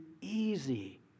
easy